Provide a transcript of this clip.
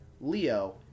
Leo